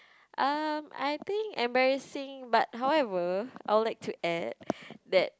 um I think embarrassing but however I would like to add that